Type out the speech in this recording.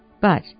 But